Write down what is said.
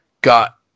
got